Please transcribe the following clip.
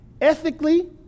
ethically